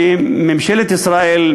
שממשלת ישראל,